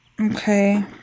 Okay